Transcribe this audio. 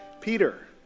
Peter